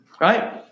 Right